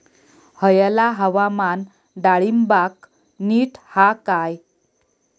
हयला हवामान डाळींबाक नीट हा काय?